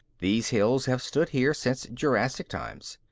these hills have stood here since jurassic times.